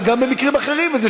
מעולה, תמשיך.